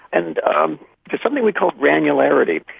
and um there's something we called granularity,